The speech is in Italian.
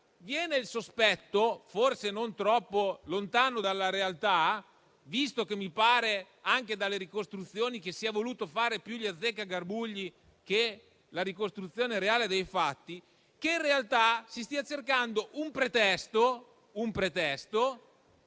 allora il sospetto, forse non troppo lontano dalla realtà, visto che anche dalle ricostruzioni mi pare che si sia voluto fare più gli azzeccagarbugli che la ricostruzione reale dei fatti, che in realtà si stia cercando un pretesto per